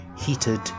heated